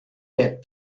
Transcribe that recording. that